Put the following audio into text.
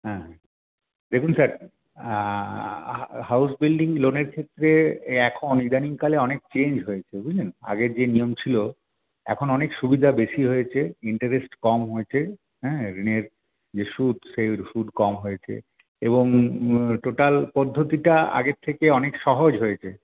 হ্যাঁ দেখুন sir house building লোনের ক্ষেত্রে এই এখন ইদানীং কালে অনেক চেঞ্জ হয়েছে বুঝলেন আগের যে নিয়ম ছিল এখন অনেক সুবিধা বেশি হয়েছে ইন্টারেস্ট কম হয়েছে হ্যাঁ ঋণের যে সুদ সেই সুদ কম হয়েছে এবং টোটাল পদ্ধতিটা আগের থেকে অনেক সহজ হয়েছে